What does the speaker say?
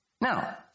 Now